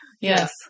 yes